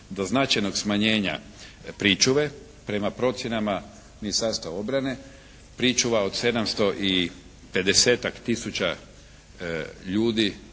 do značajnog smanjena pričuve. Prema procjenama Ministarstva obrane, pričuva od 750-ak tisuća